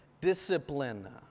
discipline